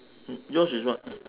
mm yours is what